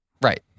Right